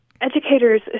educators